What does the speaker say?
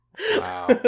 Wow